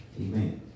Amen